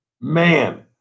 Man